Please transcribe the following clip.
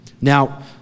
Now